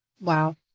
Wow